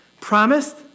promised